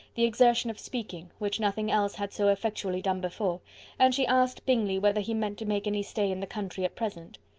the exertion of speaking, which nothing else had so effectually done before and she asked bingley whether he meant to make any stay in the country at present.